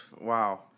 wow